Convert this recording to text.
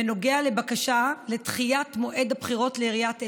בנוגע לבקשה לדחיית מועד הבחירות לעיריית אלעד,